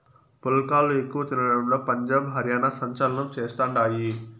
పుల్కాలు ఎక్కువ తినడంలో పంజాబ్, హర్యానా సంచలనం చేస్తండాయి